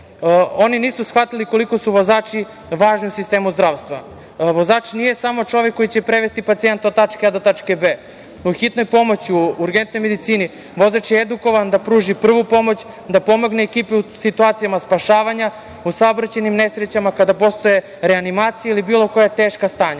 Oni nisu shvatili koliko su vozači važni u sistemu zdravstva. Vozač nije samo čovek koji će prevesti pacijenta od tačke A do tačke B. U hitnoj pomoći, u urgentnoj medicini vozač je edukovan da pruži prvu pomoć, da pomogne ekipi u situacijama spašavanja, u saobraćajnim nesrećama kada postoje reanimacije ili bilo koja teška stanja. Mi